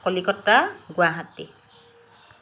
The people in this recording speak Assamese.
কলিকতা গুৱাহাটী